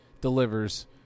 delivers